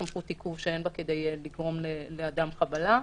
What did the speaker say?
סמכות עיכוב שאין בה כדי לגרום לאדם חבלה.